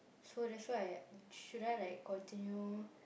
so that's why should I like continue